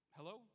Hello